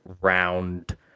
round